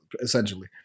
essentially